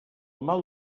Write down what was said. mal